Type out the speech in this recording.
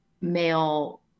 male